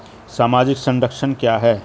सामाजिक संरक्षण क्या है?